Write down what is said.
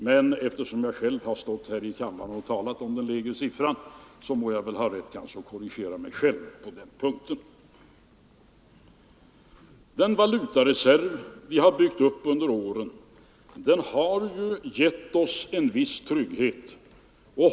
Men eftersom jag själv har stått här i kammaren och talat om det lägre procenttalet på 1,7 må jag väl kanske ha rätt att korrigera mig själv. Den valutareserv som vi har byggt upp under åren har gett oss en viss trygghet.